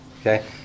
okay